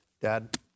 Dad